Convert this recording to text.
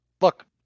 look